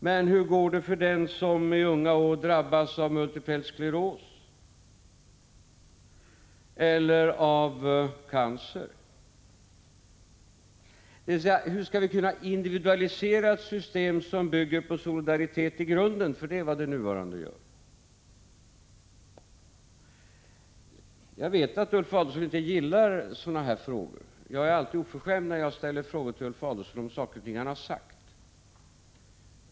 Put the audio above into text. Men hur går det för den som i unga år drabbas av multipel skleros eller cancer? Hur skall vi kunna individualisera ett system som bygger på solidaritet i grunden — det är vad det nuvarande gör? Jag vet att Ulf Adelsohn inte gillar sådana frågor — jag är alltid oförskämd när jag ställer frågor till Ulf Adelsohn om saker och ting som han har sagt.